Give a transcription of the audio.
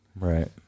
Right